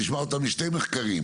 נשמע אותם משני מחקרים,